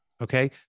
Okay